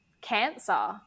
cancer